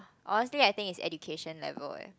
honestly I think it's education level eh